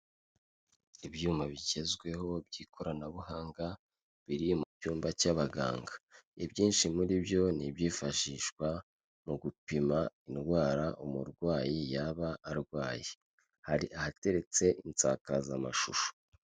Ibyuma bigezweho by'ikoranabuhanga, biri mu cyumba cy'abaganga. Ibyinshi muri byo ni ibyifashishwa mu gupima indwara umurwayi yaba arwaye. Hari ahateretse insakazamashusho.